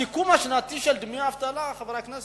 הסיכום השנתי של דמי האבטלה, חבר הכנסת